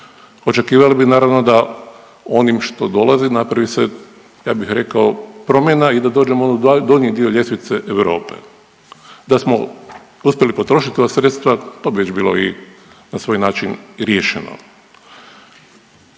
Očekivali bi naravno da onim što dolazi napravi se ja bih rekao promjena i da dođemo na donji dio ljestvice Europe, da smo uspjeli potrošit ta sredstva to bi već bilo i na svoj način riješeno.